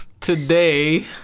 today